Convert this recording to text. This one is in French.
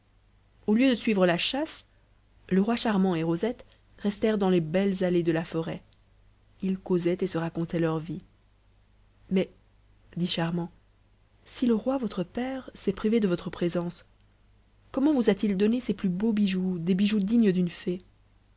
au lieu de suivre la chasse le roi charmant et rosette restèrent dans les belles allées de la forêt ils causaient et se racontaient leur vie mais dit charmant si le roi votre père s'est privé de votre présence comment vous a-t-il donné ses plus beaux bijoux des bijoux dignes d'une fée